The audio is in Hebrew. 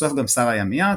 ולבסוף גם שר הימייה,